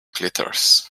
gritters